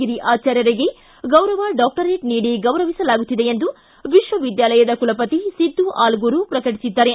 ಗಿರಿ ಆಚಾರ್ಯರಿಗೆ ಗೌರವ ಡಾಕ್ಟರೇಟ್ ನೀಡಿ ಗೌರವಿಸಲಾಗುತ್ತಿದೆ ಎಂದು ವಿಶ್ವವಿದ್ಯಾಲಯದ ಕುಲಪತಿ ಸಿದ್ದು ಅಲಗೂರು ಪ್ರಕಟಿಸಿದ್ದಾರೆ